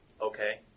okay